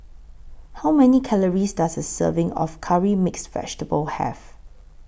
How Many Calories Does A Serving of Curry Mixed Vegetable Have